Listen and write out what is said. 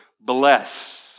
bless